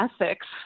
ethics